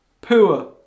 poor